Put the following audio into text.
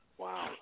Wow